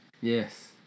Yes